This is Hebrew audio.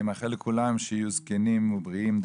ואני מאחל לכולם שיהיו זקנים ובריאים,